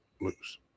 loose